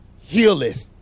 Healeth